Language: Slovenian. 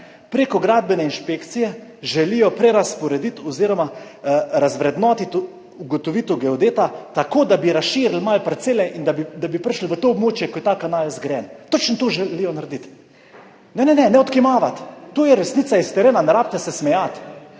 Prek Gradbene inšpekcije želijo prerazporediti oziroma razvrednotiti ugotovitev geodeta, tako da bi malo razširili parcele in da bi prišli v to območje, kjer je zgrajen ta kanal, točno to želijo narediti. Ne, ne, ne odkimavati, to je resnica s terena, ne rabite se smejati.